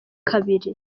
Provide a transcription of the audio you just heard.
kabiri